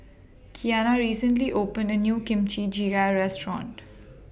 Keanna recently opened A New Kimchi Jjigae Restaurant